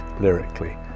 lyrically